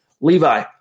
Levi